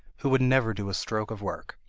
who would never do a stroke of work.